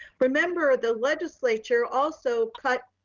remember the legislature also cut.